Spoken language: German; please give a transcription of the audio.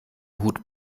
hut